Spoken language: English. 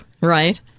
right